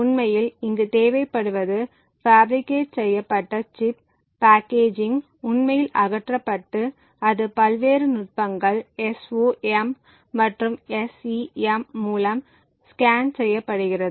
உண்மையில் இங்கு தேவைப்படுவது பாஃபிரிகேட் செய்யப்பட்ட சிப் பேக்கேஜிங் உண்மையில் அகற்றப்பட்டு அது பல்வேறு நுட்பங்கள் SOM மற்றும் SEM மூலம் ஸ்கேன் செய்யப்படுகிறது